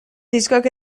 diskoak